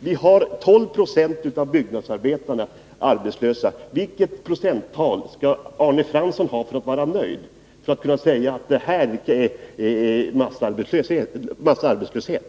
Vi har 12 26 av byggnadsarbetarna arbetslösa. Vilket procenttal skall Arne Fransson ha för att vara nöjd och för att kunna säga att det här är fråga om en massarbetslöshet?